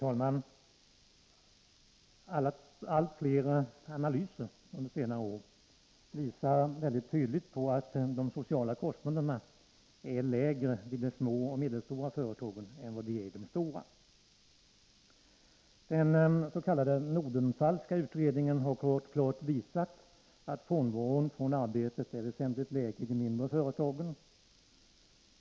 Herr talman! Allt fler analyser under senare år visar mycket tydligt på att de sociala kostnaderna är lägre i de små och medelstora företagen än i de stora. Den s.k. Nordenfalkska utredningen har klart visat att frånvaron från arbetet är väsentligt lägre i de mindre företagen.